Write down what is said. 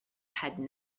had